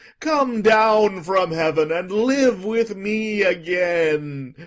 come down from heaven, and live with me again!